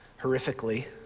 horrifically